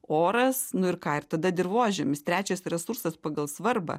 oras nu ir ką ir tada dirvožemis trečias resursas pagal svarbą